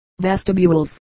vestibules